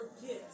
forget